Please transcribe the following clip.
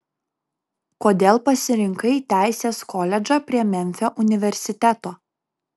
kodėl pasirinkai teisės koledžą prie memfio universiteto